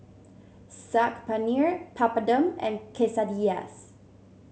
Saag Paneer Papadum and Quesadillas